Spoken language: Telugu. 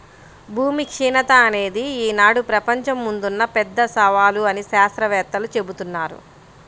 భూమి క్షీణత అనేది ఈనాడు ప్రపంచం ముందున్న పెద్ద సవాలు అని శాత్రవేత్తలు జెబుతున్నారు